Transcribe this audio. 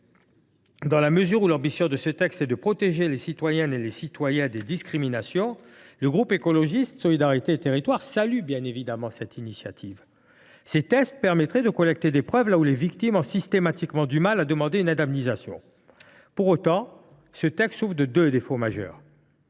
Dans la mesure où ce texte a pour ambition de protéger les citoyennes et les citoyens contre les discriminations, le groupe Écologiste – Solidarité et Territoires salue évidemment cette initiative. Ces tests permettraient de collecter des preuves là où les victimes ont systématiquement du mal à demander une indemnisation. Pour autant, ce texte souffre de deux défauts majeurs.